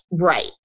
right